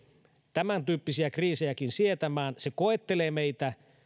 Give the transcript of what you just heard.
tämäntyyppisiä kriisejäkin sietämään se koettelee meitä